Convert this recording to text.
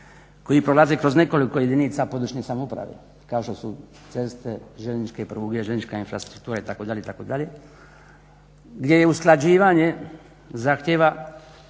koji prolaze kroz nekoliko jedinica područne samouprave kao što su ceste, željezničke pruge, željeznička infrastruktura itd. itd, gdje je usklađivanje zahtjeva